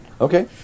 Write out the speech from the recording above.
okay